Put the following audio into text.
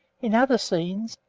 in other scenes,